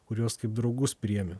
kur juos kaip draugus priėmė